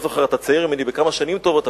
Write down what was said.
אתה צעיר ממני בכמה שנים טובות,